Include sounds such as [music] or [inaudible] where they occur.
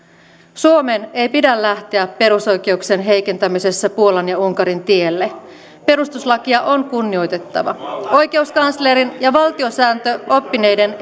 suomen ei pidä lähteä perusoikeuksien heikentämisessä puolan ja unkarin tielle perustuslakia on kunnioitettava oikeuskanslerin ja valtiosääntöoppineiden [unintelligible]